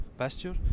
pasture